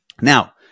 Now